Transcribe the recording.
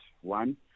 one